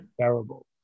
terrible